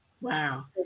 Wow